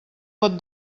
pot